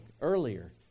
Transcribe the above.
earlier